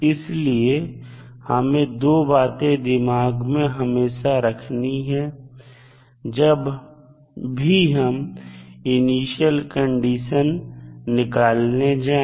इसलिए हमें दो बातें दिमाग में हमेशा रखनी हैं जब भी हम इनिशियल कंडीशन निकालने जाएं